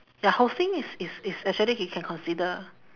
ya hosting is is is actually can can consider